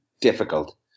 difficult